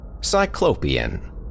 Cyclopean